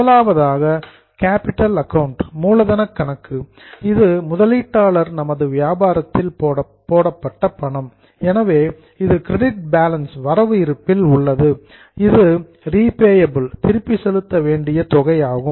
முதலாவதாக capital account மூலதன கணக்கு இது முதலீட்டாளர் நமது வியாபாரத்தில் போடப்பட்ட பணம் எனவே இது கிரெடிட் பேலன்ஸ் வரவு இருப்பில் உள்ளது இது ரீபேயபிள் திருப்பி செலுத்த வேண்டிய தொகை ஆகும்